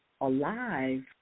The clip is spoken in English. alive